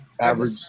average